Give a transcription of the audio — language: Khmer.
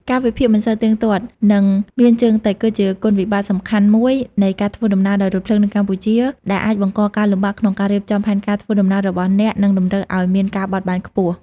កាលវិភាគមិនសូវទៀងទាត់ និងមានជើងតិច គឺជាគុណវិបត្តិសំខាន់មួយនៃការធ្វើដំណើរដោយរថភ្លើងនៅកម្ពុជា ដែលអាចបង្កការលំបាកក្នុងការរៀបចំផែនការធ្វើដំណើររបស់អ្នក និងតម្រូវឱ្យមានការបត់បែនខ្ពស់។